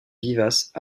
vivaces